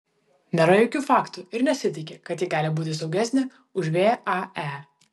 nėra jokių faktų ir nesitiki kad ji gali būti saugesnė už vae